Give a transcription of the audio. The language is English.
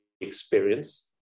experience